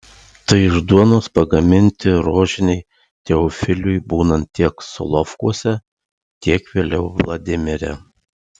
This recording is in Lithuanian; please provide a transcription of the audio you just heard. tai iš duonos pagaminti rožiniai teofiliui būnant tiek solovkuose tiek vėliau vladimire